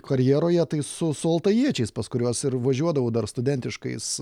karjeroje tai su su altajiečiais pas kuriuos ir važiuodavau dar studentiškais